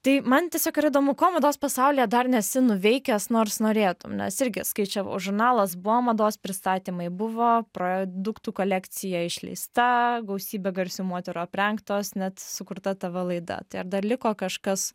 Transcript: tai man tiesiog yra įdomu ko mados pasaulyje dar nesi nuveikęs nors norėtum nes irgi skaičiavau žurnalas buvo mados pristatymai buvo produktų kolekcija išleista gausybė garsių moterų aprengtos net sukurta tavo laida tai ar dar liko kažkas